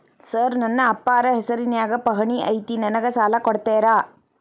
Sir ನನ್ನ ಅಪ್ಪಾರ ಹೆಸರಿನ್ಯಾಗ್ ಪಹಣಿ ಐತಿ ನನಗ ಸಾಲ ಕೊಡ್ತೇರಾ?